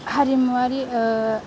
हारिमुवारि